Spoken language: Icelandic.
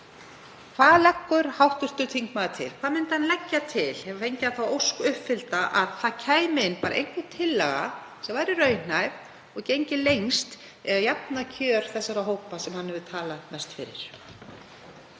Hvað leggur hv. þingmaður til? Hvað myndi hann leggja til ef hann fengi þá ósk uppfyllta að það kæmi inn bara ein tillaga sem væri raunhæf og gengi lengst í að jafna kjör þessara hópa sem hann hefur talað mest fyrir?